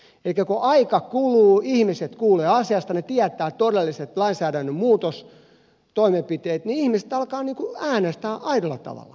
elikkä kun aika kuluu ihmiset kuulevat asiasta he tietävät todelliset lainsäädännön muutostoimenpiteet niin ihmiset alkavat äänestää aidolla tavalla